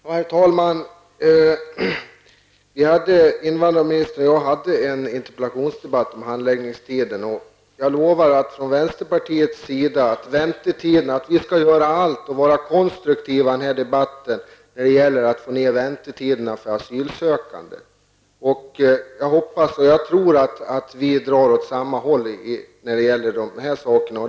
Herr talman! Invandrarministern och jag hade en interpellationsdebatt om handläggningstider, och jag lovar att vi i vänsterpartiet skall göra allt för att vara konstruktiva i debatten när det gäller att få ned väntetiderna för asylsökande. Jag hoppas och tror att vi drar åt samma håll när det gäller dessa saker.